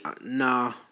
nah